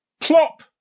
PLOP